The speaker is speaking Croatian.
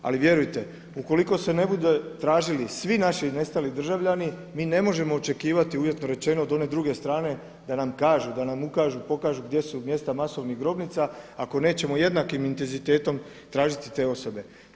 Ali vjerujte ukoliko se ne budu tražili svi naši nestali državljani mi ne možemo očekivati uvjetno rečeno od one druge strane da nam kažu, da nam ukažu, pokažu gdje su mjesta masovnih grobnica ako nećemo jednakim intenzitetom tražiti te osobe.